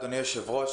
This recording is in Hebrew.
אדוני היושב-ראש,